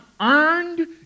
earned